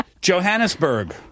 Johannesburg